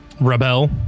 rebel